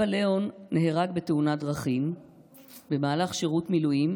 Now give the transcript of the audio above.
אבא ליאון נהרג בתאונת דרכים במהלך שירות מילואים